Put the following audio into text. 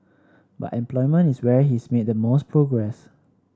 but employment is where he's made the most progress